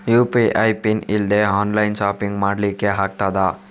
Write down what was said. UPI PIN ಇಲ್ದೆ online shopping ಮಾಡ್ಲಿಕ್ಕೆ ಆಗ್ತದಾ?